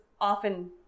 often